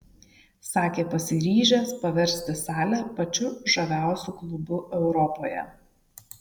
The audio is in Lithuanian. sakė pasiryžęs paversti salę pačiu žaviausiu klubu europoje